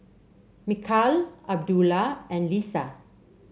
Mikhail Abdullah and Lisa